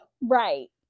Right